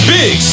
big